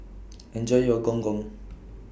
Enjoy your Gong Gong